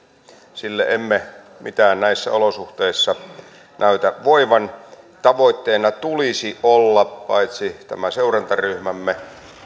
sille emme mitään näissä olosuhteissa näytä voivan tavoitteena tulisi olla paitsi tämä seurantaryhmämme